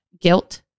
guilt